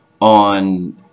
on